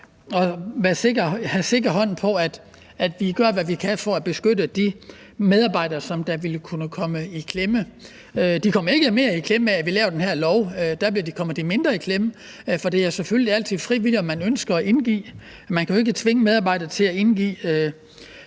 at have en sikker hånd på, at vi gør, hvad vi kan, for at beskytte de medarbejdere, som vil kunne komme i klemme. De kommer ikke mere i klemme af, at vi laver den her lov. Der kommer de mindre i klemme, for det er selvfølgelig altid frivilligt, om man ønsker at indgive informationer. Man kan jo ikke tvinge medarbejdere til at indgive